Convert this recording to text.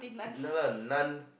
not lah non